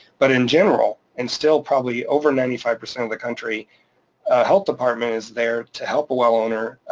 but in general, and still probably over ninety five percent of the country, a health department is there to help a well owner,